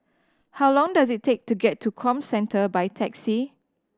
how long does it take to get to Comcentre by taxi